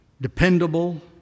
dependable